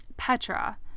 Petra